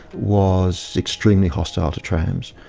was extremely hostile to trams,